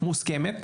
מוסכמת,